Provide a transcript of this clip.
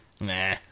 Nah